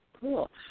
Cool